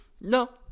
No